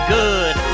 good